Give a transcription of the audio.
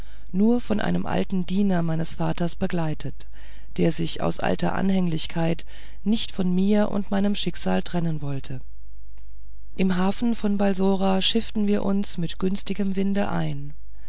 nur von einem alten diener meines vaters begleitet der sich aus alter anhänglichkeit nicht von mir und meinem schicksal trennen wollte im hafen von balsora schifften wir uns mit günstigem winde ein